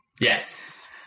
Yes